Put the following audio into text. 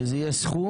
שזה יהיה סכום,